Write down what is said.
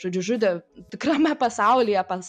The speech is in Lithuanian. žodžiu žudė tikrame pasaulyje pas